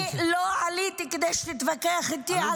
אני לא עליתי כדי שתתווכח איתי על העמדה הפוליטית שלי.